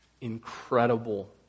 incredible